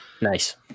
nice